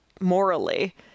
Morally